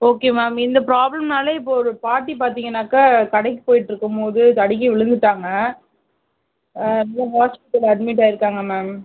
okay ma'am இந்த ப்ராப்ளம்னால் இப்போ ஒரு பாட்டி பார்த்திங்கனாக்கா கடைக்குப் போயிட்டுருக்கும் போது தடுக்கி விழுந்துவிட்டாங்க அப்புறம் ஹாஸ்ப்பிடலில் அட்மிட் ஆகிருக்காங்க மேம்